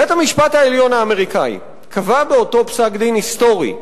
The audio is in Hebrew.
בית-המשפט העליון האמריקני קבע באותו פסק-דין היסטורי,